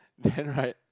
then right